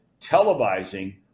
televising